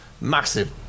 massive